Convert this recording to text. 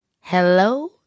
Hello